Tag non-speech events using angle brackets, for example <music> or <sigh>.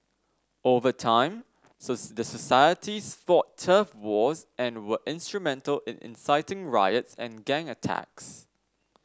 over time <unintelligible> the societies fought turf wars and were instrumental in inciting riots and gang attacks